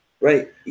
Right